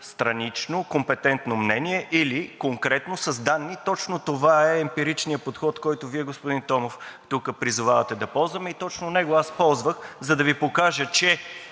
странично компетентно мнение или конкретно с данни. Точно това е емпиричният подход, който Вие, господин Томов, тук призовавате да ползваме и точно него аз ползвах, за да Ви покажа, че